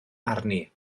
arni